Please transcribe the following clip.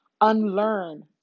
unlearn